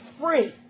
free